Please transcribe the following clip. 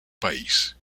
país